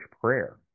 prayer